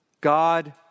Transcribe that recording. God